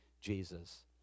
Jesus